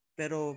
pero